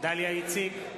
דליה איציק,